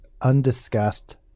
undiscussed